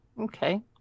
Okay